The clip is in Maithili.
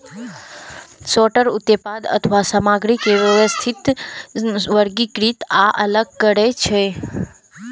सॉर्टर उत्पाद अथवा सामग्री के व्यवस्थित, वर्गीकृत आ अलग करै छै